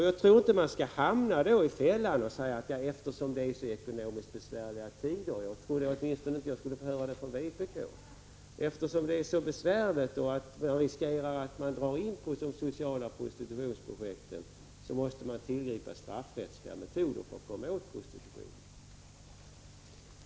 Jag tycker inte man skall hamna i fällan och säga att eftersom det är så ekonomiskt besvärliga tider — jag trodde i varje fall inte att jag skulle få höra det från vpk — och risken finns att de sociala prostitutionsprojekten dras in, måste man tillgripa statsrättsliga metoder för att komma åt prostitutionen.